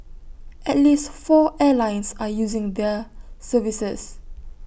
at least four airlines are using their services